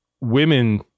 women